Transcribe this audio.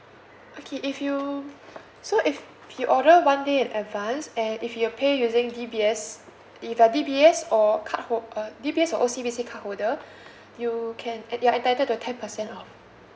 okay if you so if you order one day in advance and if you are pay using D_B_S if a D_B_S or P_O_S_B card hold~ uh D_B_S or O_C_B_C card holder you can uh you're entitled to a ten percent off